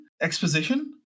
exposition